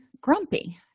grumpy